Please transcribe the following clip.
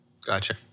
Gotcha